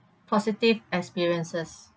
positive experiences